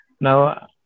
now